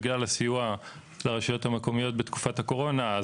בגלל הסיוע לרשויות המקומיות בתקופת הקורונה,